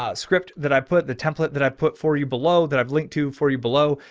ah script that i put the template that i put for you below that i've linked to for you below.